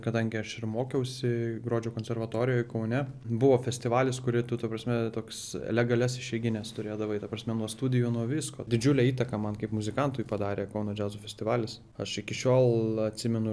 kadangi aš ir mokiausi gruodžio konservatorijoj kaune buvo festivalis kurį tu ta prasme toks legalias išeigines turėdavai ta prasme nuo studijų nuo visko didžiulę įtaką man kaip muzikantui padarė kauno džiazo festivalis aš iki šiol atsimenu